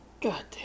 Goddamn